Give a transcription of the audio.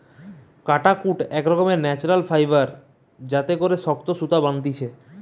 কাটাকুট এক রকমের ন্যাচারাল ফাইবার যাতে করে শক্ত সুতা বানাতিছে